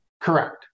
Correct